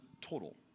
total